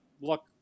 look